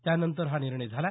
त्यानंतर हा निर्णय झाला